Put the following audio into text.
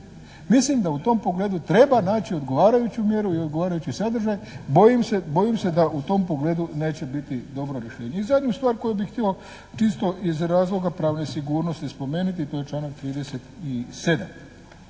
Mislim da u tom pogledu treba pronaći odgovarajuću mjeru i odgovarajući sadržaj. Bojim se da u tom pogledu neće biti dobro rješenje. I zadnju stvar koju bih htio čisto iz razloga pravne sigurnosti spomenuti. To je članak 37.